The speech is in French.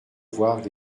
voir